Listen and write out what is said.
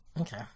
Okay